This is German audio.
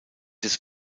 des